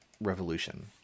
revolution